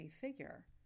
figure